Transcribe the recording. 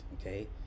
okay